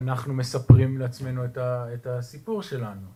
אנחנו מספרים לעצמנו את הסיפור שלנו.